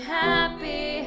happy